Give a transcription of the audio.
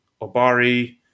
obari